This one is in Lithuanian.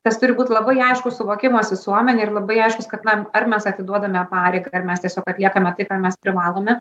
tas turi būt labai aiškus suvokimas visuomenėj ir labai aiškus kad na ar mes atiduodame pareigą ar mes tiesiog atliekame tai ką mes privalome